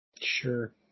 Sure